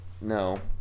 No